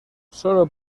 solo